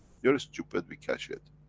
you're stupid, we cash it.